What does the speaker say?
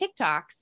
TikToks